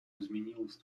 изменилось